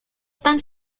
tan